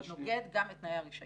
זה נוגד גם את תנאי הרישיון.